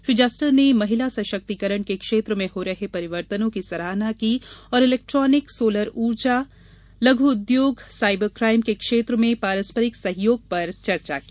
Shri Juster ने महिला सशक्तिकरण के क्षेत्र में हो रहे परिवर्तनों की सराहना की और इलेक्ट्रानिक सोलर ऊर्जा लघु उद्योग साईबर क्राइम के क्षेत्र में पारस्परिक सहयोग पर चर्चा की